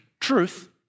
Truth